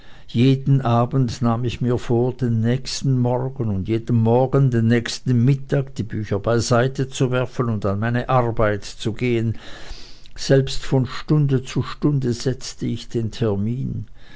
jeden abend nahm ich mir vor den nächsten morgen und jeden morgen den nächsten mittag die bücher beiseite zu werfen und an meine arbeit zu gehen selbst von stunde zu stunde setzte ich den termin